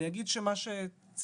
אני אגיד שמה שציטטת